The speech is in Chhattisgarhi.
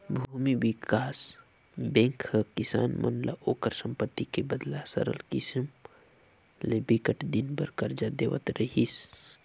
भूमि बिकास बेंक ह किसान मन ल ओखर संपत्ति के बदला सरल किसम ले बिकट दिन बर करजा देवत रिहिस